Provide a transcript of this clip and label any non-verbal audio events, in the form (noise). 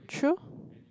true (breath)